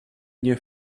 nie